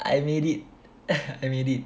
I made it I made it